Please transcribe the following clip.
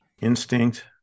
Instinct